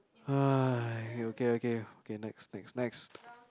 !haiya! okay okay okay next next next